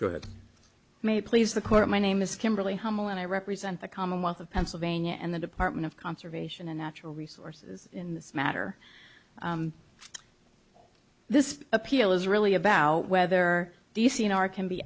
good may please the court my name is kimberly hummel and i represent the commonwealth of pennsylvania and the department of conservation and natural resources in this matter this appeal is really about whether these seen are can be